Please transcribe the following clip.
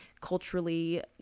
culturally